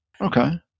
okay